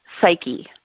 psyche